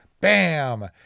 bam